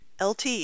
lt